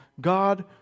God